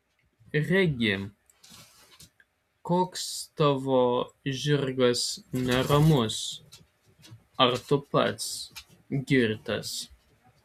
regi koks tavo žirgas neramus ar tu pats girtas